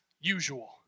usual